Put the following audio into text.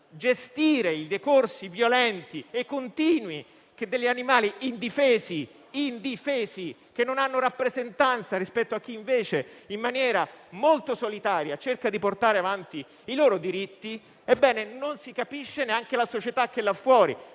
gestire i decorsi violenti e continui che subiscono animali indifesi, che non hanno rappresentanza se non quella di chi, in maniera molto solitaria, cerca di portare avanti i loro diritti. Non si capisce neanche la società che è là fuori,